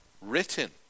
written